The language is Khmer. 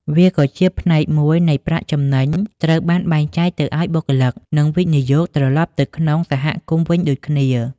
វាក៏ជាផ្នែកមួយនៃប្រាក់ចំណេញត្រូវបានបែងចែកទៅឱ្យបុគ្គលិក និងវិនិយោគត្រឡប់ទៅក្នុងសហគមន៍វិញដូចគ្នា ។